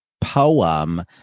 poem